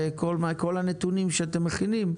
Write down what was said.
וכל הנתונים שאתם מכינים,